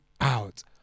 out